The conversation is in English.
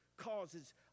Causes